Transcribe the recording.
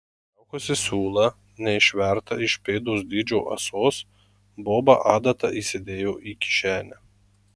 nutraukusi siūlą neišvertą iš pėdos dydžio ąsos boba adatą įsidėjo į kišenę